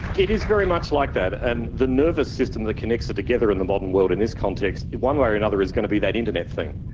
it is very much like that. and the nervous system that connects it together in the modern world in this context one way or another is going to be that internet thing,